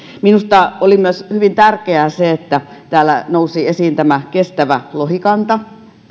minusta oli hyvin tärkeää myös se että täällä nousi esiin tämä kestävä lohikanta